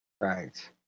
Right